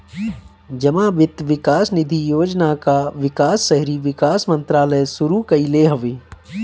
जमा वित्त विकास निधि योजना कअ विकास शहरी विकास मंत्रालय शुरू कईले हवे